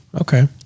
Okay